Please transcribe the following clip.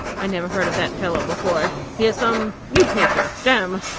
i never heard of that fellow before he is some new painter, damme!